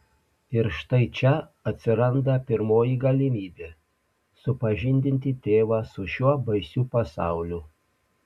ir štai čia atsiranda pirmoji galimybė supažindinti tėvą su šiuo baisiu pasauliu